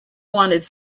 wanted